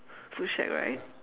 food shack right